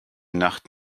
nacht